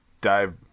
dive